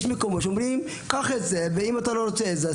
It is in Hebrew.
יש מקומות שאומרים ככה זה ואם אתה לא רוצה את זה,